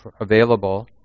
available